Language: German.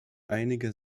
einige